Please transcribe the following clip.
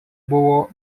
buvo